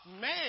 man